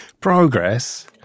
Progress